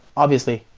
obviously,